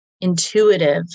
intuitive